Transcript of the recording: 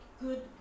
good